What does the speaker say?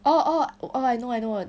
oh oh oh I know I know one